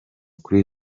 kuri